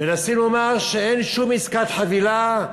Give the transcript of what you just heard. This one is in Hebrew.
מנסים לומר שאין שום עסקת חבילה,